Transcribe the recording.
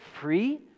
free